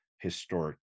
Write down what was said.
historic